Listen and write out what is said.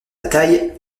bataille